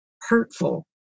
hurtful